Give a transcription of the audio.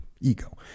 ego